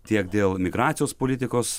tiek dėl migracijos politikos